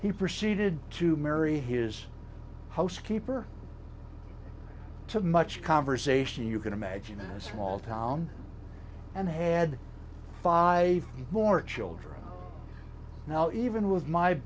he proceeded to marry his housekeeper to much conversation you can imagine in a small town and had five more children now even with my